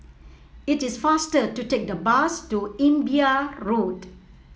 it is faster to take the bus to Imbiah Road